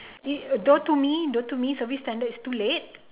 eh though to me though to me service standard is too late